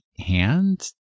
hand